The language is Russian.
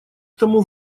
тому